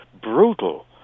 brutal